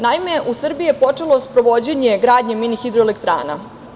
Naime, u Srbiji je počelo sprovođenje gradnje mini hidroelektrana.